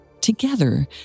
Together